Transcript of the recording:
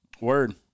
Word